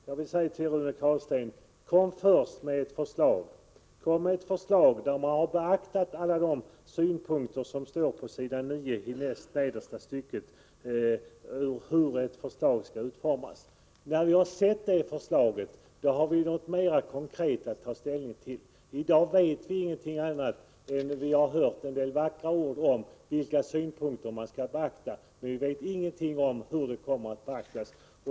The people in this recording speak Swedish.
Jag vill säga till Rune Carlstein: Kom först med ett förslag där man beaktat alla de synpunkter som står på s. 9i andra stycket nedifrån. När vi har sett det förslaget har vi något mer konkret att ta ställning till. I dag vet vi inget annat än att vi hört en del vackra ord om vilka synpunkter man skall beakta. Men vi vet ingenting om hur de kommer att beaktas.